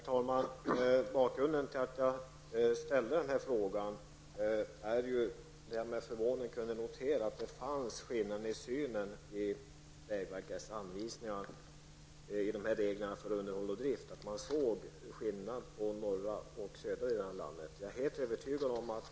Herr talman! Anledning till att jag ställde denna fråga är att jag till min förvåning kunde notera att det i vägverkets anvisningar för underhåll och drift fanns skillnader i synen på norra och södra delen av landet.